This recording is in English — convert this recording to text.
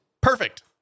Perfect